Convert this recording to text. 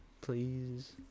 please